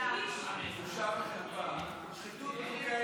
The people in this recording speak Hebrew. בושה וחרפה, ישראל.